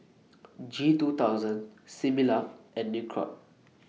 G two thousand Similac and Nicorette